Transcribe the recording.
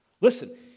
Listen